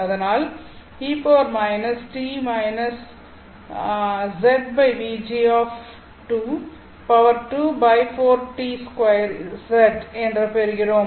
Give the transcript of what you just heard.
அதனால் என்று பெறுகிறோம்